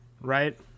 right